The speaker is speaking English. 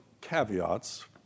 caveats